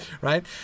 right